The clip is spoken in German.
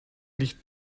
nicht